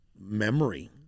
memory